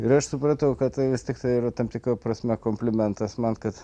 ir aš supratau kad vis tiktai yra tam tikra prasme komplimentas man kad